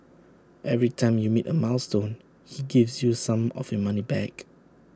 every time you meet A milestone he gives you some of your money back